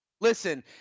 Listen